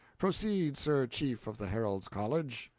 proceed, sir chief of the herald's college.